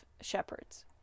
shepherds